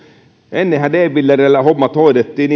ennenhän d pillereillä hommat hoidettiin